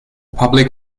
public